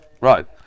Right